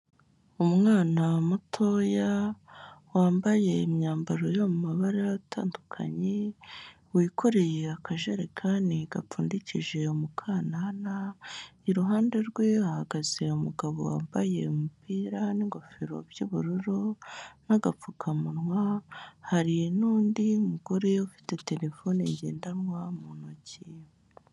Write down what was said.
Umwana mutoya, wambaye imyambaro yo mu mabara atandukanye, wikoreye akajerekani gapfundikishije umukanana, iruhande rwe hahagaze umugabo wambaye umupira n'ingofero by'ubururu n'agapfukamunwa, hari n'undi mugore ufite terefone ngendanwa mu ntoki.